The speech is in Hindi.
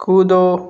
कूदो